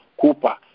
Cooper